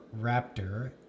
Raptor